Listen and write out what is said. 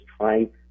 trying